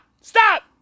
Stop